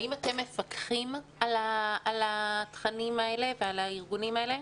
האם אתם מפקחים על התכנים האלה ועל הארגונים האלה?